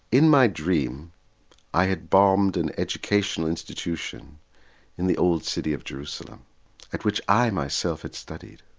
in my dream i had bombed an educational institution in the old city of jerusalem and which i myself had studied.